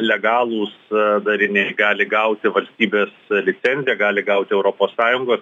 legalūs dariniai gali gauti valstybės licenciją gali gauti europos sąjungos